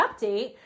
update